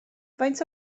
faint